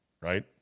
right